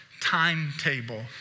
timetable